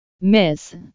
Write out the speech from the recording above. Miss